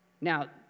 Now